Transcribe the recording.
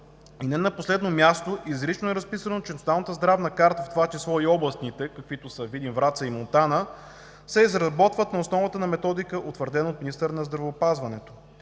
Не на последно място изрично е разписано, че Националната здравна карта, в това число и областните, каквито са Видин, Враца и Монтана, се изработват на основата на методика, утвърдена от министъра на здравеопазването.